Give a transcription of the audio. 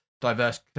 diverse